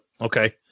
okay